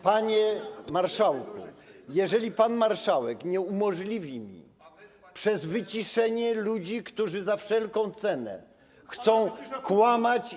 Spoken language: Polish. Panie marszałku, jeżeli pan marszałek nie umożliwi mi tego przez wyciszenie ludzi, którzy za wszelką cenę chcą kłamać.